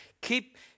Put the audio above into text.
Keep